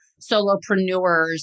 solopreneurs